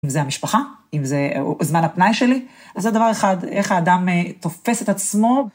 אם זה המשפחה, אם זה זמן הפנאי שלי, אז זה דבר אחד, איך האדם תופס את עצמו.